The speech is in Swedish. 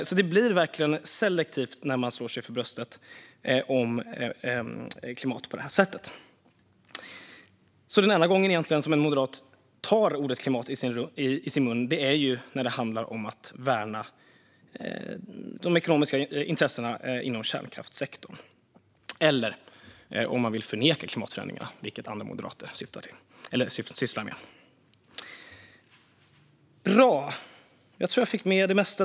Det blir alltså verkligen selektivt när man på det här sättet slår sig för bröstet i klimatfrågan. Den enda gången en moderat egentligen tar ordet klimat i sin mun är när det handlar om att värna de ekonomiska intressena inom kärnkraftssektorn eller om att förneka klimatförändringarna, vilket andra moderater sysslar med.